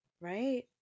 right